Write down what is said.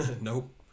nope